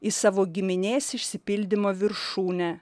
į savo giminės išsipildymo viršūnę